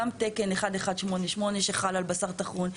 גם תקן 1188 שחל על בשר טחון.